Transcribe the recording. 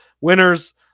Winners